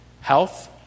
health